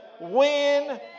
win